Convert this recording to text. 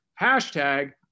Hashtag